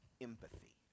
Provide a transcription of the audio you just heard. empathy